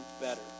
better